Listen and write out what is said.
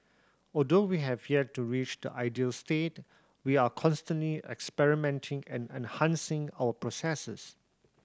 although we have yet to reach the ideal state we are constantly experimenting and enhancing our processes